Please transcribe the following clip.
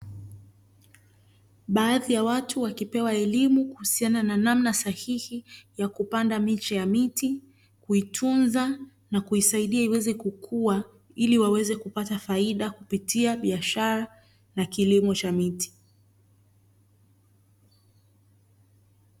Baadhi ya watu wakipewa elimu kuhusiana na namna sahihi ya kupanda miche ya miti, kuitunza na kuisaidia iweze kukua ili waweze kupata faida kupitia biashara na kilimo cha miti.